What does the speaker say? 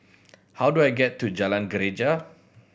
how do I get to Jalan Greja